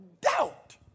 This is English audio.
Doubt